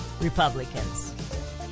Republicans